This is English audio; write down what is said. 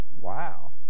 Wow